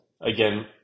again